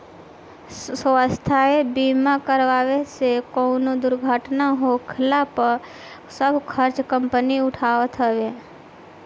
स्वास्थ्य बीमा करावे से कवनो दुर्घटना होखला पे सब खर्चा कंपनी उठावत हवे